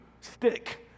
stick